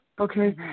Okay